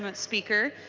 but speaker.